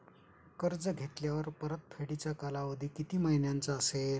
कर्ज घेतल्यावर परतफेडीचा कालावधी किती महिन्यांचा असेल?